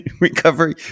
Recovery